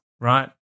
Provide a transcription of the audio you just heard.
right